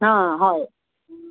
ꯑꯥ ꯍꯣꯏ